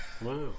Wow